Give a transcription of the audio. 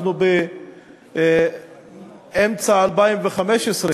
כשאנחנו באמצע 2015,